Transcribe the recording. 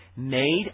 Made